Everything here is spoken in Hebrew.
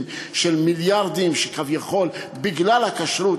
של מיליארדים שכביכול הם בגלל הכשרות.